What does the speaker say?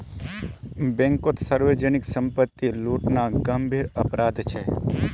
बैंककोत सार्वजनीक संपत्ति लूटना गंभीर अपराध छे